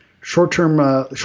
short-term